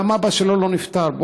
גם אבא שלו לא נפטר.